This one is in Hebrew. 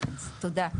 תודה.